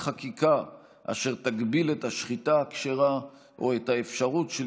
חקיקה אשר תגביל את השחיטה הכשרה או את האפשרות של